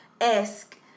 esque